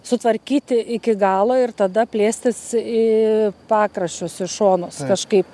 sutvarkyti iki galo ir tada plėstis į pakraščius į šonus kažkaip